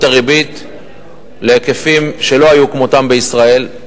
את הריבית להיקפים שלא היו כמותם בישראל.